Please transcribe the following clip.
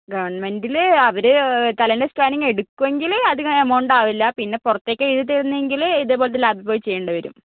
ഗവണ്മെന്റില് അവര് തലേന്റെ സ്കാനിങ്ങ് എടുക്കുമെങ്കിൽ അധികം എമൌണ്ട് ആവില്ല പിന്നെ പുറത്തേക്ക് എഴുതിത്തരുന്നതെങ്കിൽ ഇത് പോലത്തെ ലാബിൽ പോയി ചെയ്യേണ്ടിവരും